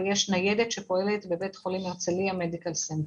יש ניידת שפועלת בבית חולים הרצליה מדיקל סנטר.